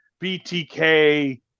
BTK